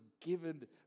given